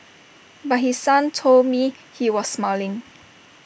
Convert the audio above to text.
but his son told me he was smiling